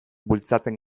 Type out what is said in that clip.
bultzatzen